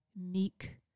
meek